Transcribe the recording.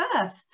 first